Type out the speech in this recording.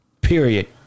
period